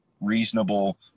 reasonable